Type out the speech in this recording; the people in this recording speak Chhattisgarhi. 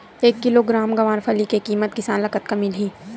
एक किलोग्राम गवारफली के किमत किसान ल कतका मिलही?